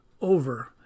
over